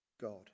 God